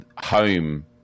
Home